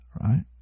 right